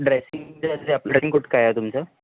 ड्रेसिंगचं जे आपलं colouring coat काय आहे तुमचा